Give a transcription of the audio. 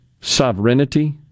sovereignty